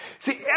See